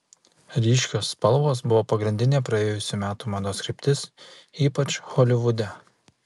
ryškios spalvos buvo pagrindinė praėjusių metų mados kryptis ypač holivude